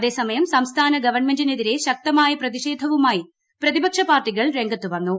അതേസമയം സംസ്ഥാന ഗവൺമെന്റിനെതിരെ ശക്തമായ പ്രതിഷേധവുമായി പ്രതിപക്ഷ പാർട്ടികൾ രംഗത്ത് വന്നു